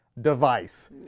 device